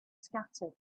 scattered